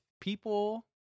people